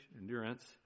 endurance